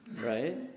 Right